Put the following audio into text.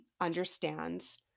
understands